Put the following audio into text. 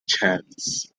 chance